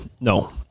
No